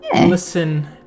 Listen